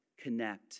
connect